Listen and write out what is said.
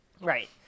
Right